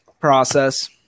process